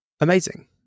Amazing